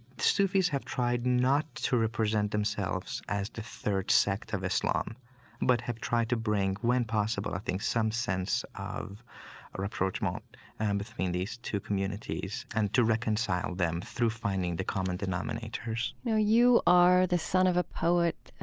sufis have tried not to represent themselves as the third sect of islam but have tried to bring, when possible, i think, some sense of rapprochement and between these two communities and to reconcile them through finding the common denominators now you are the son of a poet.